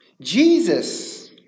Jesus